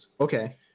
Okay